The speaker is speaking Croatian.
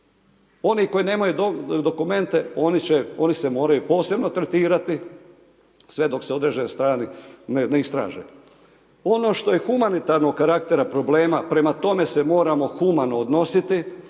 Oni koji nemaju dokumente, oni se moraju posebno tretirati, sve dok se određene strane ne istraže. Ono što je humanitarnog karaktera, problema, prema tome se moramo humano odnositi,